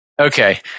Okay